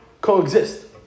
coexist